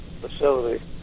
facility